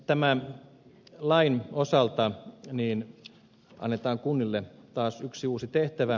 tämän lain osalta annetaan kunnille taas yksi uusi tehtävä